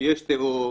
יש טרור,